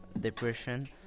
depression